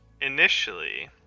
initially